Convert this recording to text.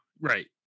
right